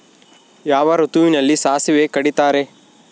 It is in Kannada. ಯಾವ ಋತುವಿನಲ್ಲಿ ಸಾಸಿವೆ ಕಡಿತಾರೆ?